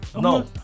No